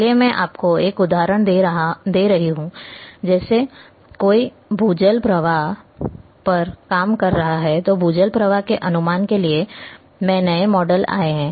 चलिए मैं आपको एक उदाहरण दे रहा हूं जैसे कोई भूजल प्रवाह पर काम कर रहा है तो भूजल प्रवाह के अनुमान के लिए में नए मॉडल आए हैं